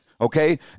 okay